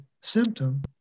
symptom